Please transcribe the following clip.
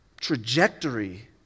trajectory